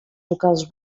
locals